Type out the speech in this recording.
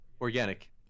organic